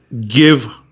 give